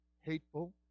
hateful